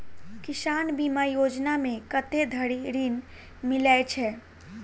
किसान बीमा योजना मे कत्ते धरि ऋण मिलय छै?